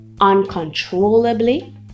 uncontrollably